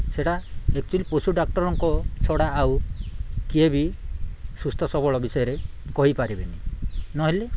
ସେଇଟା ଏକ୍ଚୁଲି ପଶୁ ଡାକ୍ଟରଙ୍କ ଛଡ଼ା ଆଉ କିଏ ବି ସୁସ୍ଥ ସବଳ ବିଷୟରେ କହିପାରିବେନି ନହେଲେ